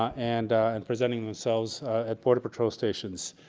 and and presenting themselves at border patrol stations.